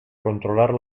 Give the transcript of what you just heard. controlar